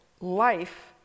life